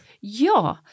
Ja